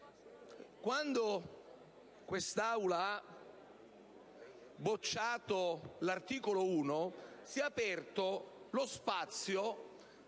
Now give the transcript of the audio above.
Quando quest'Aula ha bocciato l'articolo 1, si è aperto lo spazio